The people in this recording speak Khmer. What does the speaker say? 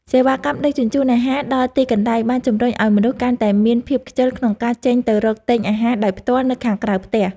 សេវាកម្មដឹកជញ្ជូនអាហារដល់ទីកន្លែងបានជម្រុញឲ្យមនុស្សកាន់តែមានភាពខ្ជិលក្នុងការចេញទៅរកទិញអាហារដោយផ្ទាល់នៅខាងក្រៅផ្ទះ។